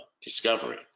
discovery